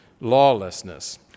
lawlessness